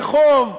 רחוב,